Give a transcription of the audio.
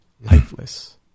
lifeless